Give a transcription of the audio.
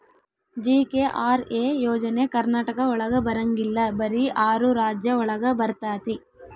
GKRA ಯೋಜನೆ ಕರ್ನಾಟಕ ಒಳಗ ಬರಂಗಿಲ್ಲ ಬರೀ ಆರು ರಾಜ್ಯ ಒಳಗ ಬರ್ತಾತಿ